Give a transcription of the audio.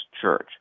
Church